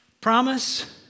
promise